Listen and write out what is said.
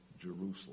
Jerusalem